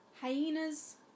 hyenas